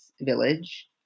village